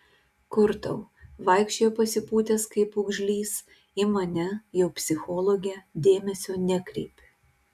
kur tau vaikščiojo pasipūtęs kaip pūgžlys į mane jau psichologę dėmesio nekreipė